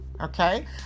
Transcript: Okay